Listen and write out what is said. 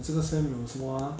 我这个 sem 有什么啊